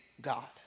God